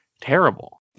terrible